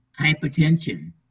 hypertension